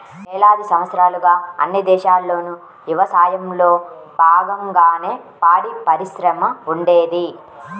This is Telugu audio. వేలాది సంవత్సరాలుగా అన్ని దేశాల్లోనూ యవసాయంలో బాగంగానే పాడిపరిశ్రమ ఉండేది